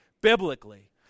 biblically